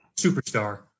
superstar